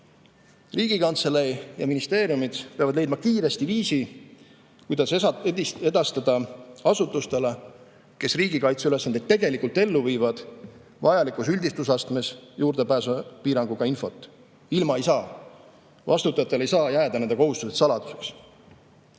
Riigikantselei ja ministeeriumid peavad leidma kiiresti viisi, kuidas edastada asutustele, kes riigikaitseülesandeid tegelikult [täidavad], vajalikus üldistusastmes juurdepääsupiiranguga infot. Ilma ei saa. Vastutajatele ei saa jääda nende kohustused saladuseks.